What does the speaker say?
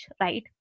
right